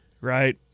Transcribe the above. right